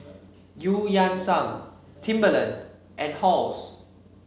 Eu Yan Sang Timberland and Halls